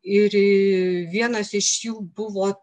ir vienas iš jų buvo